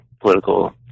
political